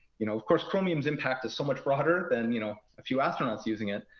you know of course, chromium's impact is so much broader than you know a few astronauts using it.